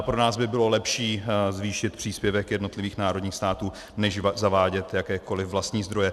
Pro nás by bylo lepší zvýšit příspěvek jednotlivých národních států než zavádět jakékoliv vlastní zdroje.